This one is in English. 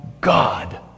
God